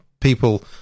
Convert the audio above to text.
people